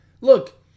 Look